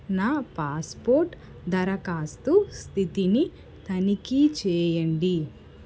నా పాస్పోర్ట్ దరఖాస్తు స్థితిని తనిఖీ చెయ్యండి